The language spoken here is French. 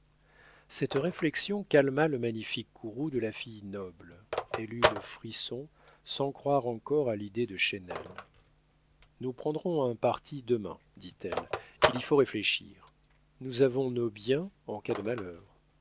cette réflexion calma le magnifique courroux de la fille noble elle eut le frisson sans croire encore à l'idée de chesnel nous prendrons un parti demain dit-elle il y faut réfléchir nous avons nos biens en cas de malheur